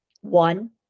one